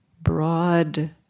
broad